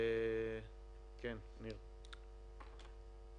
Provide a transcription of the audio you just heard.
ניר ברקת.